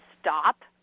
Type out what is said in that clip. stop